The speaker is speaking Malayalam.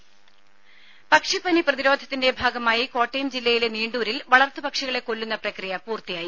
രുമ പക്ഷിപ്പനി പ്രതിരോധത്തിന്റെ ഭാഗമായി കോട്ടയം ജില്ലയിലെ നീണ്ടൂരിൽ വളർത്തു പക്ഷികളെ കൊല്ലുന്ന പ്രക്രിയ പൂർത്തിയായി